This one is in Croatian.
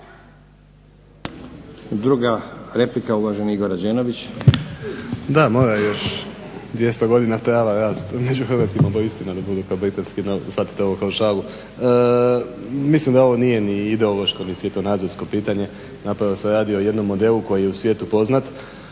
Druga replika, uvaženi Igor Rađenović.